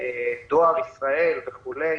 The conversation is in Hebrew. טיסות של דואר ישראל וכולי.